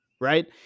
right